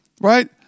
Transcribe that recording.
Right